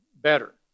better